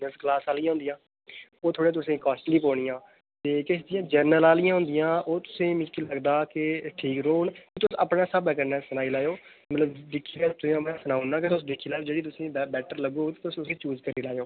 first class आह्लियां होंदियां ओह् थोह्ड़े तुसें ई कास्टली पौनियां ते किश जि'यां जरनल आह्लियां होंदियां ओह् तु'सें ई मिकी लगदा के ठीक रौह्ङन तुस अपने स्हाबै कन्नै सनाई लैएओ मतलब दिक्खियै तुसें ई में सनाउड़ना के तुस दिक्खी लैएओ जेह्ड़ी तुसें ई बै बैटर लग्गग तुस उस्सी चूज करी लैएओ